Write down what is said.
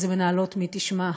איזה "מנהלות", מי תשמע?